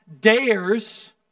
dares